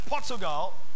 Portugal